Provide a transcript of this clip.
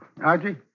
Archie